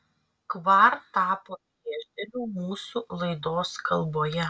kvar tapo priešdėliu mūsų laidos kalboje